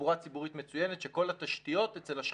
תחבורה ציבורית מצוינת שכל התשתיות אצל השכנים,